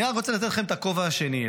אני רק רוצה לתת לכם את הכובע השני,